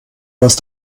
hast